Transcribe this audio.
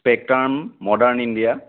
spectrum modern India